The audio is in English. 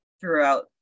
throughout